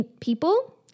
people